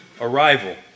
arrival